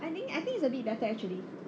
I think I think it's a bit better actually